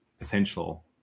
essential